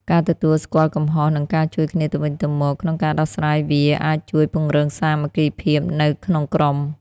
ការទទួលស្គាល់កំហុស និងការជួយគ្នាទៅវិញទៅមកក្នុងការដោះស្រាយវាអាចជួយពង្រឹង សាមគ្គីភាព នៅក្នុងក្រុម។